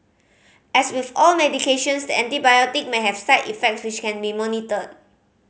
as with all medications the antibiotic may have side effects which can be monitored